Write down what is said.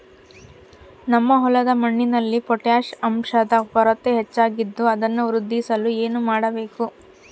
ನಮ್ಮ ಹೊಲದ ಮಣ್ಣಿನಲ್ಲಿ ಪೊಟ್ಯಾಷ್ ಅಂಶದ ಕೊರತೆ ಹೆಚ್ಚಾಗಿದ್ದು ಅದನ್ನು ವೃದ್ಧಿಸಲು ಏನು ಮಾಡಬೇಕು?